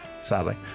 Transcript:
Sadly